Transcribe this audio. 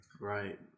Right